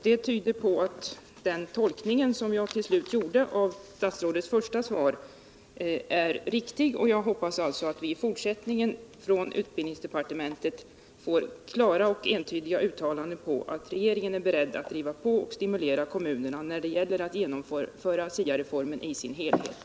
Det tyder på att den tolkning som jag gjorde av statsrådets första svar var riktig. Jag hoppas alltså att vi i fortsättningen från utbildningsdepartementet får klara och entydiga uttalanden om att regeringen är beredd att driva på och stimulera kommunerna när det gäller att genomföra SIA-reformen i dess helhet.